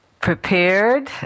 prepared